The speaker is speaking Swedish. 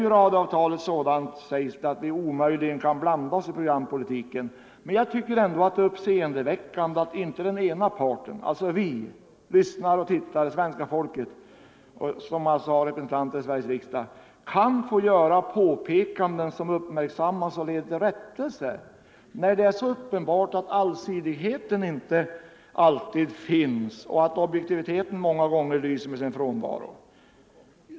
Nu är radioavtalet sådant, sägs det, att vi omöjligen kan blanda oss i programpolitiken, men jag tycker ändå att det är uppseendeväckande att inte den ena parten — alltså vi lyssnare och tittare, dvs. svenska folket, som har representanter i Sveriges riksdag — kan få göra påpekanden som uppmärksammas och leder till rättelse, när det är så uppenbart att allsidighet inte alltid finns och att objektivitet många gånger lyser med sin frånvaro.